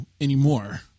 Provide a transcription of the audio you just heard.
anymore